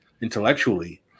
intellectually